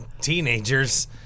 teenagers